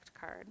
card